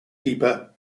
keeper